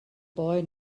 boy